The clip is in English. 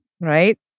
right